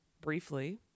briefly